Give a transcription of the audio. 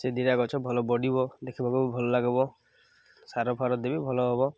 ସେ ଦୁଇଟା ଗଛ ଭଲ ବଢ଼ିବ ଦେଖିବାକୁ ବି ଭଲ ଲାଗିବ ସାର ଫାର ଦେବି ଭଲ ହବ